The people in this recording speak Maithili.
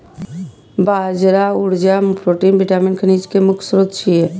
बाजरा ऊर्जा, प्रोटीन, विटामिन, खनिज के मुख्य स्रोत छियै